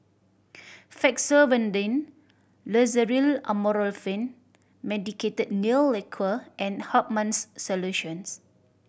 Fexofenadine Loceryl Amorolfine Medicated Nail Lacquer and Hartman's Solutions